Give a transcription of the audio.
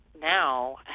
now